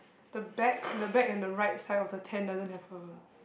the back the bag in the right side of the tent doesn't have a